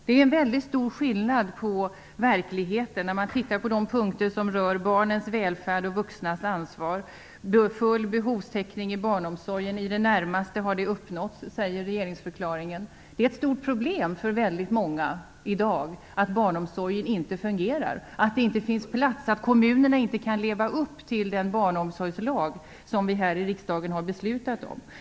Det är en väldigt stor skillnad här när det gäller verkligheten när man tittar på de punkter som rör barnens välfärd och de vuxnas ansvar. Full behovstäcknig inom barnomsorgen har i det närmaste uppnåtts enligt regeringsförklaringen. Men det är ett stort problem för många att barnomsorgen i dag inte fungerar, att det inte finns plats, att kommunerna inte kan leva upp till den barnomsorgslag som vi här i riksdagen har beslutat om.